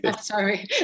sorry